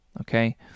Okay